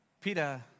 Peter